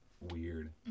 weird